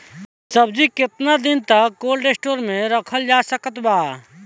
सब्जी केतना दिन तक कोल्ड स्टोर मे रखल जा सकत बा?